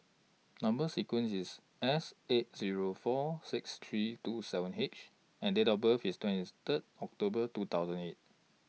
Number sequence IS S eight Zero four six three two seven H and Date of birth IS twenties Third October two thousand eight